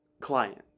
client